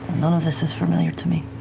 none of this is familiar to me.